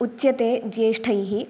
उच्यते ज्येष्ठैः